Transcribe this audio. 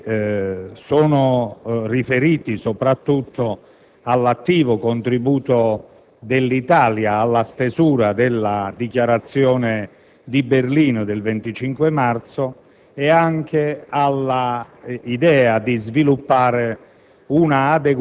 e che è riferita soprattutto all'attivo contributo dell'Italia alla stesura della Dichiarazione di Berlino del 25 marzo e anche all'idea di sviluppare